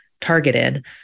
targeted